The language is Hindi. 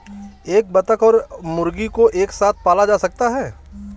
क्या बत्तख और मुर्गी को एक साथ पाला जा सकता है?